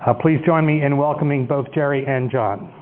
ah please join me in welcoming both jerry and john.